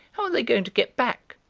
how are they going to get back?